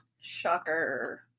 Shocker